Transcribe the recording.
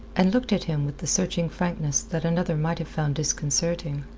and looked at him with the searching frankness that another might have found disconcerting.